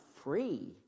free